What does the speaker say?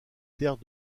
terres